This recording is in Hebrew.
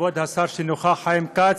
כבוד השר שנוכח חיים כץ,